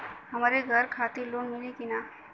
हमरे घर खातिर लोन मिली की ना?